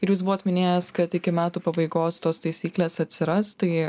ir jūs buvot minėjęs kad iki metų pabaigos tos taisyklės atsiras tai